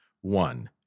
One